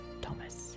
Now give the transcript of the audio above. Thomas